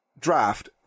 draft